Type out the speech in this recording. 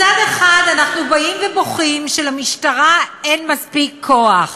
מצד אחד אנחנו באים ובוכים שלמשטרה אין מספיק כוח.